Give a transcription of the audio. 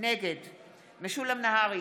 נגד משולם נהרי,